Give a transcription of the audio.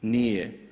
Nije.